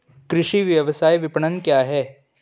कृषि व्यवसाय विपणन क्या है?